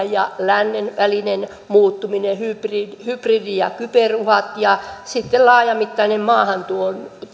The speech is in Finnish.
ja lännen välien muuttuminen hybridi hybridi ja kyberuhat ja sitten laajamittainen maahantulo